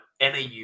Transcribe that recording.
NAU